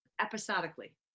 episodically